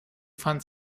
pfand